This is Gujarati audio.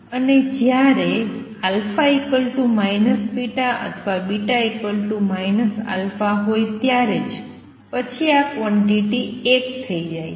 અને જ્યારે α β અથવા β α હોય ત્યારે જ પછી આ ક્વોંટીટી ૧ થઈ જાય છે